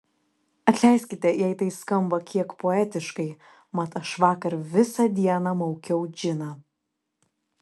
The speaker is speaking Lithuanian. atleiskite jei tai skamba kiek poetiškai mat aš vakar visą dieną maukiau džiną